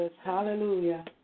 Hallelujah